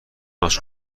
حاج